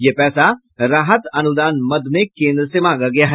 यह पैसा राहत अनुदान मद में केन्द्र से मांगा गया है